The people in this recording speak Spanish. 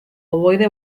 ovoide